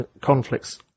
conflicts